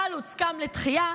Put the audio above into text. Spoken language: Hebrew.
חלוץ קם לתחייה,